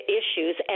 issues